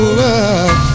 love